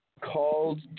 called